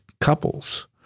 couples